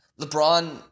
LeBron